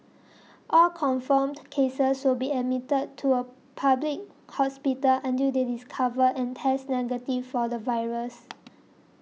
all confirmed cases will be admitted to a public hospital until they discover and test negative for the virus